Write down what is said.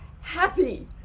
happy